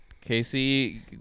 Casey